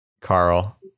Carl